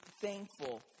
thankful